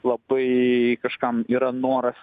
labai kažkam yra noras